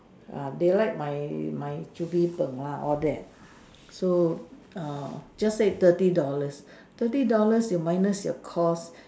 ah they like my my chu-bee-png lah all that so err just say thirty dollars thirty dollars you minus your cost